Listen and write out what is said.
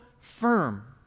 firm